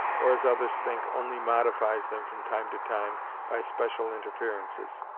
or, as others think, only modifies them from time to time by special interferences.